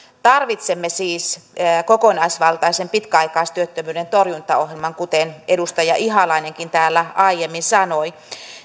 tarvitsemme siis kokonaisvaltaisen pitkäaikaistyöttömyyden torjuntaohjelman kuten edustaja ihalainenkin täällä aiemmin sanoi